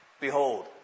Behold